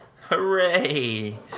Hooray